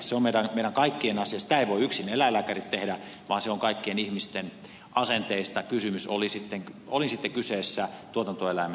sitä eivät voi yksin eläinlääkärit tehdä vaan on kaikkien ihmisten asenteista kysymys oli sitten kyseessä tuotantoelämä